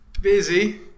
Busy